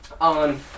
on